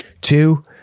two